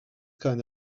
kind